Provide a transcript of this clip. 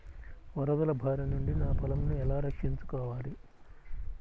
వరదల భారి నుండి నా పొలంను ఎలా రక్షించుకోవాలి?